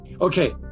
Okay